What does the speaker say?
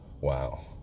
Wow